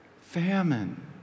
famine